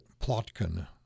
Plotkin